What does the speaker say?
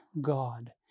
God